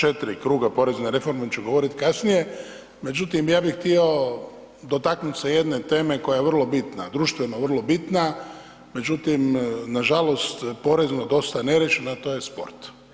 G. ministre o ova 4 kruga porezne reforme ću govoriti kasnije, međutim, ja bih htio dotaknuti se jedne teme koja je vrlo bitna, društveno vrlo bitna međutim nažalost porezno dosta neriješeno a to je sport.